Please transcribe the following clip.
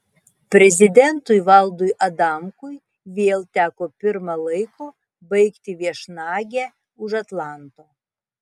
prezidentui valdui adamkui vėl teko pirma laiko baigti viešnagę už atlanto